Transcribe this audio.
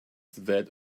that